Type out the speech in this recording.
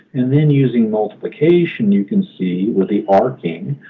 and then using multiplication, you can see with the arching,